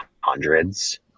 Hundreds